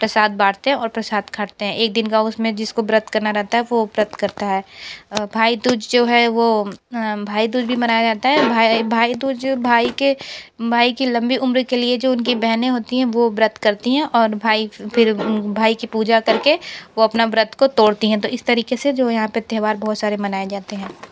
प्रसाद बाँटते हैँ और प्रसाद खाते हैं एक दिन का उसमें जिसको व्रत करना रहता है वो व्रत करता है भाईदूज जो है वो भाईदूज भी मनाया जाता है भाई भाईदूज भाई के भाई की लंबी उम्र के लिए जो उनकी बहनें होती हैं वो व्रत करती हैं और भाई फिर भाई की पूजा करके वो अपना व्रत को तोड़ती हैं इस तरीके से जो है यहाँ पे त्यौहार बहुत सारे मनाए जाते हैं